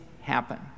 happen